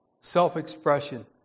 Self-expression